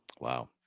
wow